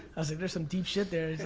like there's some deep shit there.